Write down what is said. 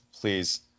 Please